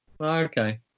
okay